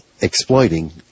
exploiting